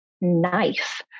knife